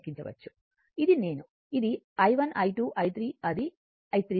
ఇది నేను ఇది i1 I2 i3 ఇది i3 2